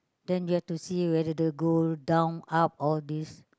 then you have to see whether to go down up all these